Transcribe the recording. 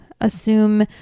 assume